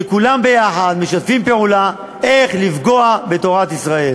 שכולם ביחד משתפים פעולה, איך לפגוע בתורת ישראל.